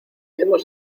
hemos